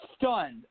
Stunned